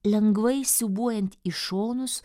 lengvai siūbuojant į šonus